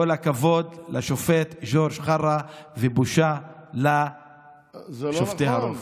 כל הכבוד לשופט ג'ורג' קרא, ובושה לשופטי הרוב.